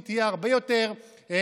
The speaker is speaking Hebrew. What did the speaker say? היא תהיה הרבה יותר משמעותית,